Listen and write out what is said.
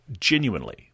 genuinely